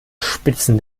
spitzen